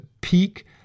peak